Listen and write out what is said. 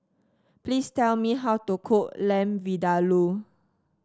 please tell me how to cook Lamb Vindaloo